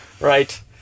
Right